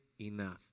enough